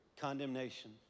condemnation